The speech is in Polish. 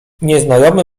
nieznajomy